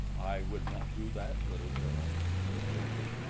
i would not do that, little girl, he said gently.